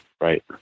Right